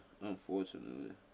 unfortunately